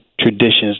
traditions